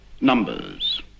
numbers